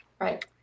Right